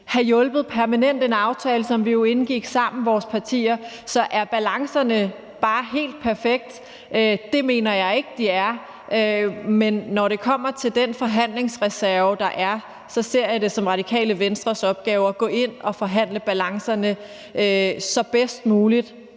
have hjulpet permanent i en aftale, som vi indgik sammen i vores partier. Så er balancerne bare helt perfekte? Det mener jeg ikke de er. Men når det kommer til den forhandlingsreserve, der er, så ser jeg det som Radikale Venstres opgave at gå ind og forhandle balancerne bedst muligt